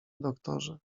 doktorze